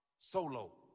solo